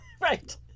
Right